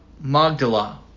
Magdala